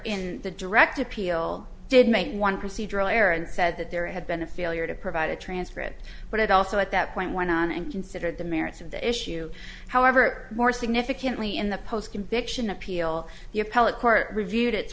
in the direct appeal did make one procedural error and said that there had been a failure to provide a transcript but it also at that point went on and considered the merits of the issue however more significantly in the post conviction appeal the appellate court reviewed it